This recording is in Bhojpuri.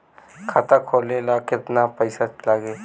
खाता खोले ला केतना पइसा लागी?